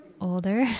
older